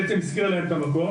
בעצם היא השכירה להם את המקום.